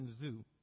Zoo